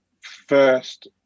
first